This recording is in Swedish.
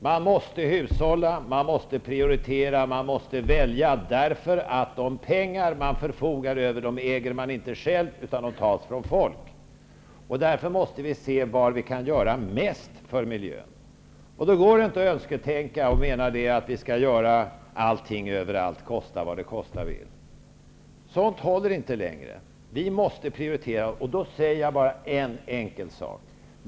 Man måste hushålla, man måste prioritera, och man måste välja, därför att de pengar som man förfogar över äger man inte själv utan de tas från folk. Därför måste vi se var vi kan göra mest för miljön. Då går det inte att önsketänka och mena att vi skall göra allting överallt, kosta vad det kosta vill. Sådant håller inte längre. Vi måste prioritera. Då säger jag bara en enkel sak.